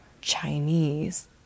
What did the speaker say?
Chinese